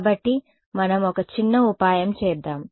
కాబట్టి మనం ఒక చిన్న ఉపాయం చేద్దాం